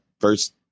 first